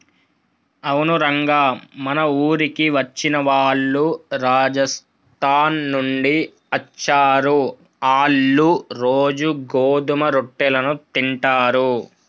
అవును రంగ మన ఊరికి వచ్చిన వాళ్ళు రాజస్థాన్ నుండి అచ్చారు, ఆళ్ళ్ళు రోజూ గోధుమ రొట్టెలను తింటారు